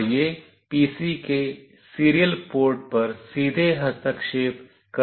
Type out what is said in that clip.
और यह पीसी के सीरियल पोर्ट पर सीधे हस्तक्षेप कर सकता है